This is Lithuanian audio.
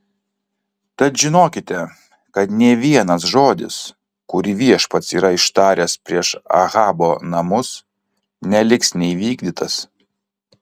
tad žinokite kad nė vienas žodis kurį viešpats yra ištaręs prieš ahabo namus neliks neįvykdytas